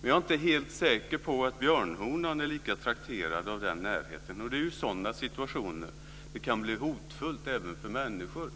Men jag är inte säker på att björnhonan är lika trakterad av den närheten. Det är i sådana situationer det kan bli hotfullt även för människor.